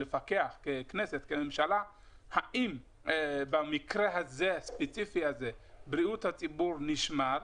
לפקח ככנסת כממשלה האם המקרה הזה הספציפי הזה בבריאות בציבור נשמר.